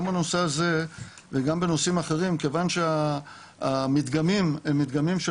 גם הנושא הזה וגם בנושאים אחרים כיוון שהמדגמים הם מדגמים של